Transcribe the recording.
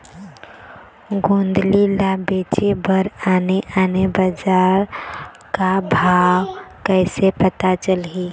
गोंदली ला बेचे बर आने आने बजार का भाव कइसे पता चलही?